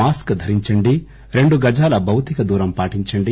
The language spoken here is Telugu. మాస్క్ ధరించండి రెండు గజాల భౌతికదూరం పాటించండి